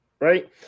right